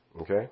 Okay